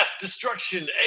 destruction